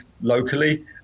locally